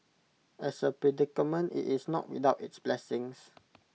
as A predicament IT is not without its blessings